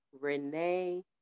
Renee